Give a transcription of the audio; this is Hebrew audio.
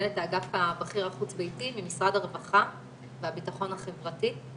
מנהלת האגף הבכיר החוץ ביתי ממשרד הרווחה והביטחון החברתי.